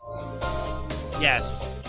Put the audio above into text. Yes